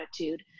attitude